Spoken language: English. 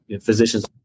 physicians